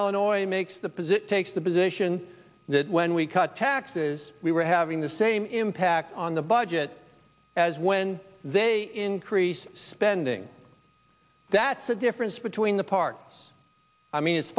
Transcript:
illinois makes the position takes the position that when we cut taxes we were having the same impact on the budget as when they increase spending that's the difference between the part